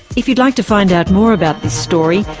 if you'd like to find out more about this story,